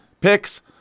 picks